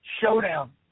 Showdown